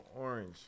orange